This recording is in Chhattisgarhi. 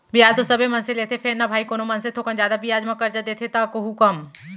बियाज तो सबे मनसे लेथें फेर न भाई कोनो मनसे थोकन जादा बियाज म करजा देथे त कोहूँ कम